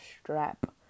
strap